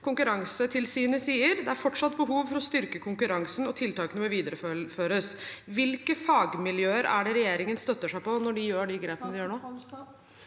Konkurransetilsynet sier at det fortsatt er behov for å styrke konkurransen, og at tiltakene bør videreføres. Hvilke fagmiljøer er det regjeringen støtter seg til når de tar de grepene de tar nå?